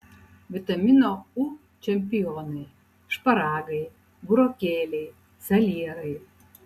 vitamino u čempionai šparagai burokėliai salierai